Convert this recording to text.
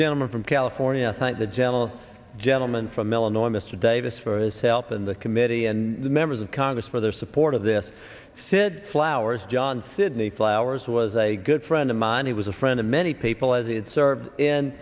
gentleman from california the gentle gentleman from illinois mr davis for us help in the committee and the members of congress for their support of this said flowers john sidney flowers was a good friend of mine he was a friend of many people as it serves in